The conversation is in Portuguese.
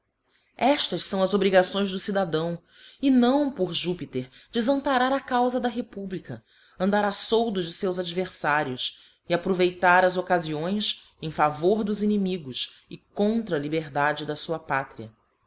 eftas fão as obrigações do cidadão e não por júpiter defamparar a caufa da republica andar a soldo de feus adverfarios e aproveitar as occafiões em favor dos inimigos e contra a liberdade da fua pátria